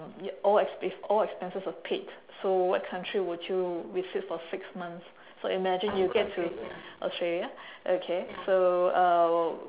all if all expenses were paid so what country would you visit for six months so imagine you get to australia okay so uh